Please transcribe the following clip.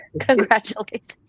Congratulations